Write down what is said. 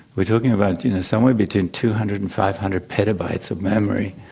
we're talking about you know somewhere between two hundred and five hundred petabytes of memory.